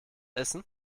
essen